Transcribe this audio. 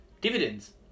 dividends